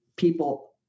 people